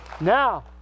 Now